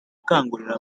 akangurira